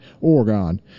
Oregon